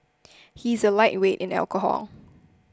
he is a lightweight in alcohol